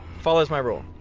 follows my rule.